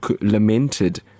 lamented